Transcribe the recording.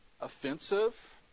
offensive